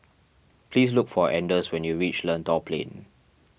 please look for anders when you reach Lentor Plain